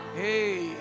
hey